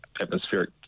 atmospheric